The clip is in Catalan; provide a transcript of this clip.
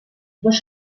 dos